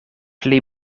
pli